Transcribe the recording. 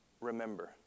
Remember